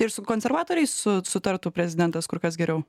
ir su konservatoriais su sutartų prezidentas kur kas geriau